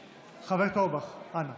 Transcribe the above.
חבר הכנסת אורבך, אנא